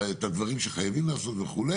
את הדברים שחייבים לעשות וכו',